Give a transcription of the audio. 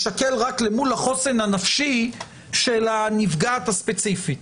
שמדיניות הסרת חיסיון תישקל רק מול החוסן הנפשי של הנפגעת הספציפית.